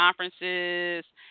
conferences